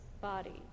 body